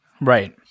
Right